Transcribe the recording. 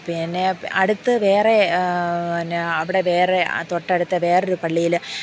പിന്നെ അടുത്ത് വേറെ പിന്നെ അവിടെ വേറെ തൊട്ടടുത്ത് വേറൊരു പള്ളിയിൽ